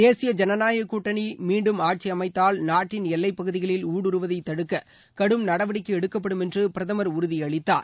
தேசிய ஜனநாயகக் கூட்டணி மீண்டும் ஆட்சி அமைத்தால் நாட்டின் எல்லைப் பகுதிகளில் ஊடுருவதை தடுக்க கடும் நடவடிக்கை எடுக்கப்படும் என்று பிரதமர் உறுதியளித்தார்